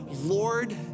Lord